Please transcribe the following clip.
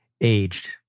aged